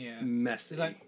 messy